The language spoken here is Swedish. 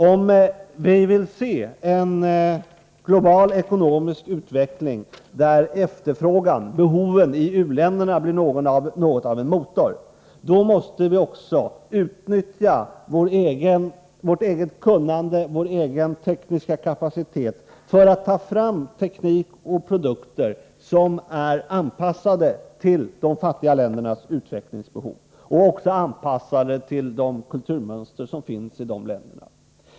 Om vi vill se en global ekonomisk utveckling där behoven och efterfrågan i u-länderna blir något av en motor, då måste vi utnyttja vårt eget kunnande och vår egen tekniska kapacitet för att ta fram teknik och produkter som är anpassade till de fattiga ländernas utvecklingsbehov och också till deras kulturmönster.